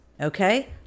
Okay